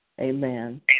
Amen